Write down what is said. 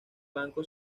banco